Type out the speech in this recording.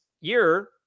year